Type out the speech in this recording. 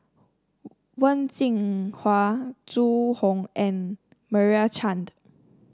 Wen Jinhua Zhu Hong and Meira Chand